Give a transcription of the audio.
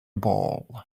ball